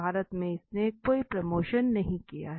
भारत में इसने कोई प्रमोशन नहीं किया है